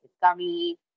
gummy